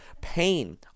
pain